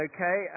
Okay